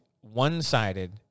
one-sided